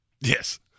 yes